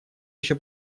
еще